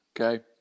Okay